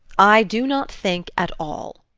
i do not think at all.